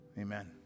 Amen